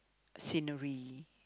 scenery